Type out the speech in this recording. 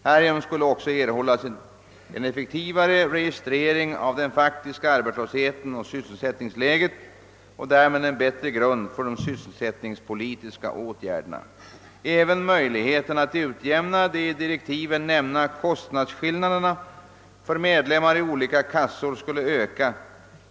Härigenom skulle också erhållas en effektivare registrering av den faktiska arbetslösheten och sysselsättningsläget och därmed en bättre grund för de sysselsättningspolitiska åtgärderna. Även möjligheten att utjämna de i direktiven nämnda kostnadsskillnaderna för medlemmar i olika kassor skulle öka.